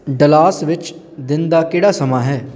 Dallas ਵਿੱਚ ਦਿਨ ਦਾ ਕਿਹੜਾ ਸਮਾਂ ਹੈ